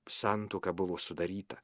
santuoka buvo sudaryta